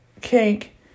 cake